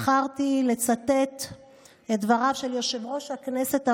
בחרתי לצטט את דבריו של יושב-ראש הכנסת הראשון,